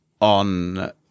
on